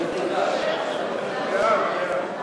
ההצעה להעביר את הצעת חוק הרשויות המקומיות (מימון בחירות)